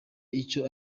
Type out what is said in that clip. icyo